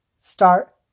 start